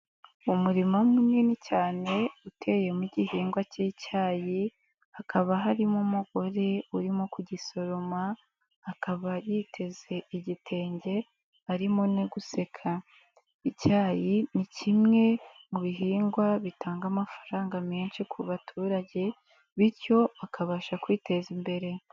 Umurima munini cyane uteye mu gihingwa cy'icyayi hakaba harimo umugore urimo kugisoroma akaba yiteze igitenge arimo no guseka, icyayi ni kimwe mu bihingwa bitanga amafaranga menshi ku baturage bityo bakabasha kwiteza imbere.